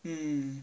嗯